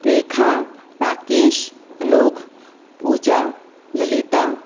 रेखा राकेशः अनोकः पूजा ललिता